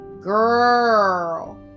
girl